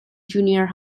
junior